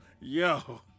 yo